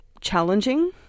challenging